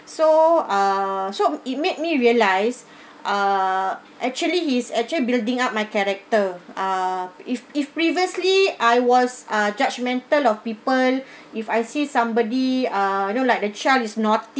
so ah so it made me realise uh actually he's actually building up my character ah if if previously I was ah judgemental of people if I see somebody ah you know like the child is naughty